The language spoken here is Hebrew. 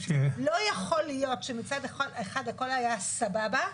לא יכול להיות שמצד אחד הכול היה סבבה,